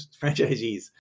franchisees